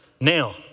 Now